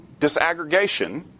disaggregation